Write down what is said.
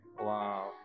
wow